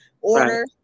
order